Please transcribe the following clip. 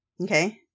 okay